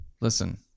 Listen